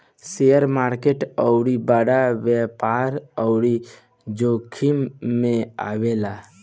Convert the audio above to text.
share market अउरी बड़ व्यापार अउरी जोखिम मे आवेला